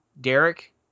Derek